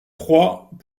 trois